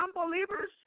unbelievers